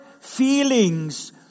feelings